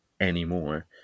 anymore